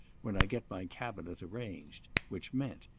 when i get my cabinet arranged which meant,